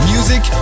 Music